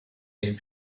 even